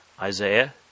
Isaiah